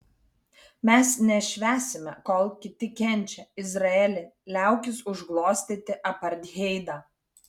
mes nešvęsime kol kiti kenčia izraeli liaukis užglostyti apartheidą